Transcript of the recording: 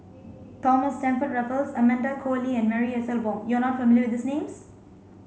Thomas Stamford Raffles Amanda Koe Lee and Marie Ethel Bong you are not familiar with names